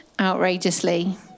outrageously